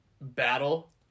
battle